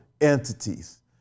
entities